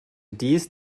dies